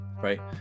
right